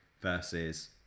versus